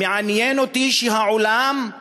מעניין אותי שהעולם,